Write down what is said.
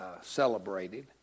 celebrated